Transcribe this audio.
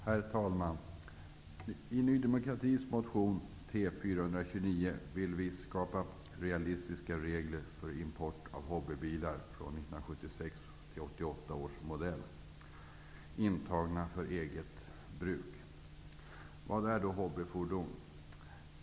Herr talman! I Ny demokratis motion T429 vill vi skapa realistiska regler för import av hobbybilar av Vad är då hobbyfordon?